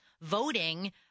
voting